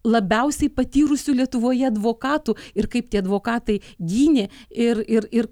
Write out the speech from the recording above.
labiausiai patyrusių lietuvoje advokatų ir kaip tie advokatai gynė ir ir ir